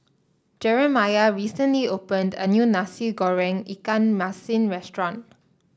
Jeramiah recently opened a new Nasi Goreng Ikan Masin restaurant